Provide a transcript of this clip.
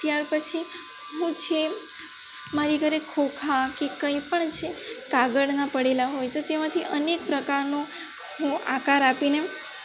ત્યારપછી હું જે મારી ઘરે ખોખા કે કંઇપણ છે કાગળનાં પડેલાં હોય તો તેમાંથી અનેક પ્રકારનું હું આકાર આપીને